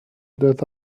that